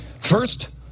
First